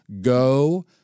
Go